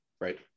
Right